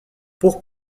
pour